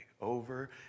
over